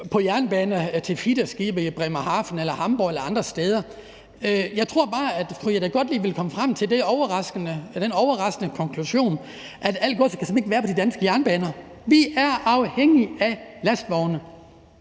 på jernbane til feederskibe i Bremerhaven, Hamborg eller andre steder. Jeg tror bare, at fru Jette Gottlieb ville komme frem til den overraskende konklusion, at alt det gods simpelt hen ikke kan være på de danske jernbaner. Vi er afhængige af lastvogne.